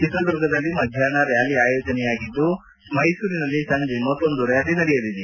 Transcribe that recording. ಚಿತ್ರದುರ್ಗದಲ್ಲಿ ಮಧ್ವಾಷ್ನ ರ್ಕಾಲಿ ಆಯೋಜನೆಯಾಗಿದ್ದು ಮೈಸೂರಿನಲ್ಲಿ ಸಂಜೆ ಮತ್ತೊಂದು ರ್ಕಾಲಿ ನಡೆಯಲಿದೆ